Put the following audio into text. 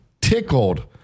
tickled